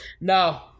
No